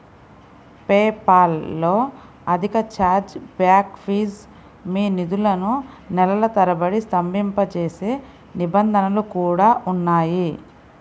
PayPal లో అధిక chargeback fee, మీ నిధులను నెలల తరబడి స్తంభింపజేసే నిబంధనలు కూడా ఉన్నాయి